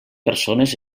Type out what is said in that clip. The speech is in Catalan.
persones